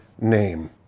name